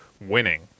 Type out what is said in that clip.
winning –